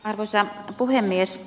arvoisa puhemies